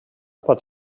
pot